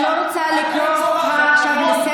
מה היית עושה?